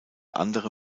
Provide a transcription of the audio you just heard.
andere